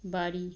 বাড়ি